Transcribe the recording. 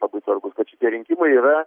labai svarbu kad šitie rinkimai yra